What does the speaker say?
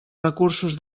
recursos